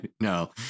no